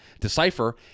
decipher